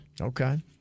Okay